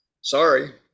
Sorry